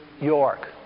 York